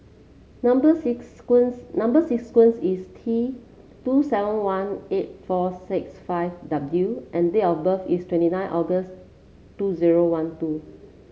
number number sequence is T two seven one eight four six five W and date of birth is twenty nine August two zero one two